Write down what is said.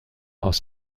aus